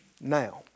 now